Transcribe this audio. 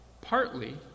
Partly